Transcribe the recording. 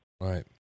Right